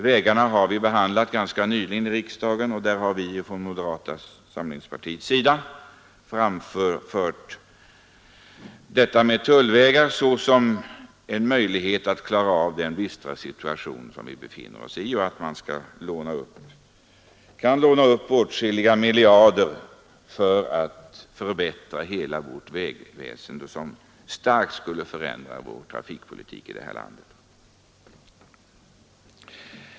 Vägarna har vi behandlat ganska nyligen i riksdagen, och vi har från moderata samlingspartiets sida anfört detta med tullvägar såsom en möjlighet att klara av den dystra situation som vi befinner oss i. Man kan låna upp åtskilliga miljarder för att förbättra hela vårt vägväsende, vilket starkt skulle förändra vår trafikpolitik i detta land.